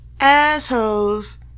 assholes